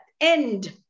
end